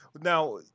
Now –